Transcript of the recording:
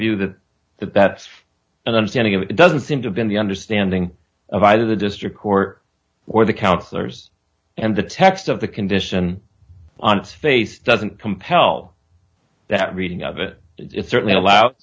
view that that that's an understanding of it doesn't seem to be in the understanding of either the district court or the counselors and the text of the condition on its face doesn't compel that reading of it it's certainly allow